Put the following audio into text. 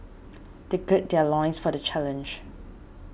they gird their loins for the challenge